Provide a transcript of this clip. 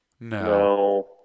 No